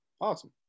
awesome